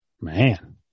Man